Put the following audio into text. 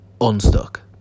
unstuck